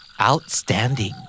Outstanding